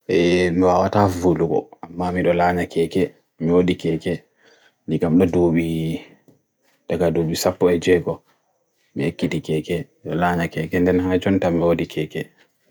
ee mwawata fulu ko, mwami do lana keke, mwodi keke, nikam na dobi, taka dobi sapo ee jay ko, mweki di keke, do lana keke, en den hai chon tam mwodi keke.